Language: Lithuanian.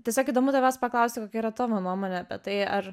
tiesiog įdomu tavęs paklausti kokia yra tavo nuomonė apie tai ar